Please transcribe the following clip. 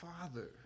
Father